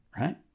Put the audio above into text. right